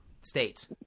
states